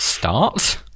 start